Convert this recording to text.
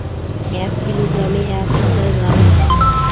এক কিলোগ্রামে এক হাজার গ্রাম আছে